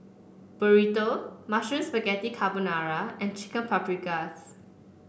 Burrito Mushroom Spaghetti Carbonara and Chicken Paprikas